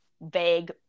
vague